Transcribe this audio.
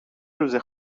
روزی